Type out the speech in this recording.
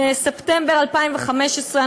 מספטמבר 2015,